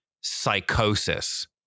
psychosis